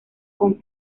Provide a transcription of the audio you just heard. con